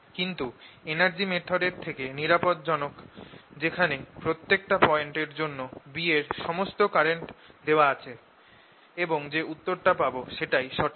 কিন্তু energy method এর থেকে নিরাপদ জনক যেখানে প্রত্যেকটা পয়েন্ট এর জন্য B কে সমস্ত কারেন্ট দেওয়া আছে এবং যে উত্তর টা পাব সেটাই সঠিক